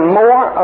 more